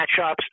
matchups